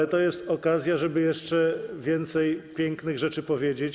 Ale to jest okazja, żeby jeszcze więcej pięknych rzeczy powiedzieć.